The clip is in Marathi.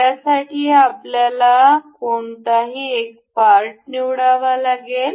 त्यासाठी आपल्याला कोणताही एक पार्ट निवडावा लागेल